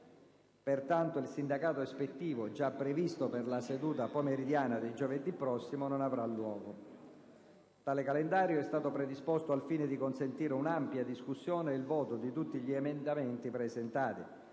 Pertanto il sindacato ispettivo, già previsto per la seduta pomeridiana di giovedì prossimo, non avrà luogo. Tale calendario è stato predisposto al fine di consentire un'ampia discussione e il voto di tutti gli emendamenti presentati.